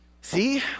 See